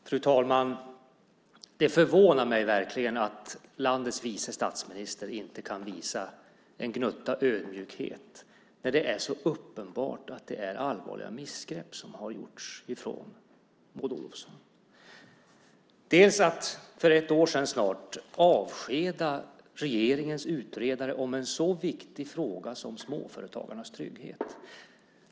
Fru talman! Det förvånar mig verkligen att landets vice statsminister inte kan visa en gnutta ödmjukhet när det är så uppenbart att det är allvarliga missgrepp som har gjorts från Maud Olofsson. Bland annat avskedade hon för snart ett år sedan regeringens utredare av en så viktig fråga som småföretagarnas trygghet.